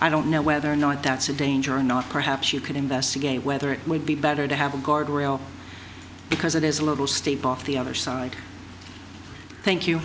i don't know whether or not that's a danger and not perhaps you could investigate whether it would be better to have a guard rail because it is a little steep off the other side thank you